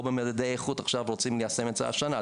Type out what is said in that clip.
במדדי איכות עכשיו רוצים ליישם את זה השנה.